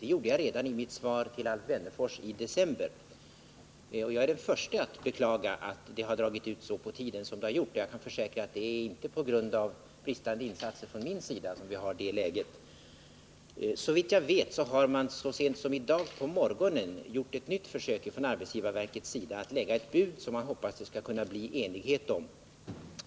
Det gjorde jag redan i mitt svar till Alf Wennerfors i december. Jag är den förste att beklaga att det har dragit ut så på tiden som det har gjort. Jag försäkrar att det inte är på grund av bristande intresse från min sida som vi har det här läget. Såvitt jag vet har så sent som i dag på morgonen arbetsgivarverket lagt ett nytt bud, som man hoppas det skall kunna bli enighet om.